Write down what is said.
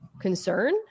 concern